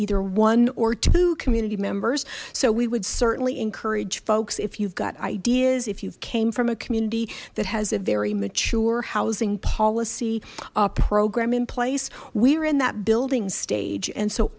either one or two community members so we would certainly encourage folks if you've got id is if you've came from a community that has a very mature housing policy program in place we're in that building stage and so